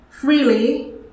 freely